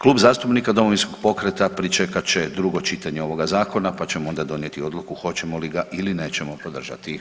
Klub zastupnika Domovinskog pokreta pričekat će drugo čitanje ovoga Zakona pa ćemo onda donijeti odluku hoćemo li ga ili nećemo podržati.